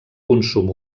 consum